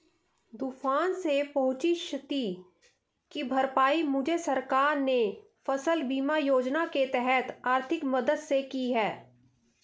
तूफान से पहुंची क्षति की भरपाई मुझे सरकार ने फसल बीमा योजना के तहत आर्थिक मदद से की है